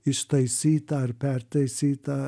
ištaisyta ar pertaisyta